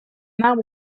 arbre